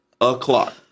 o'clock